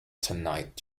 tonight